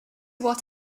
what